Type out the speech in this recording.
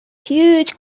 huge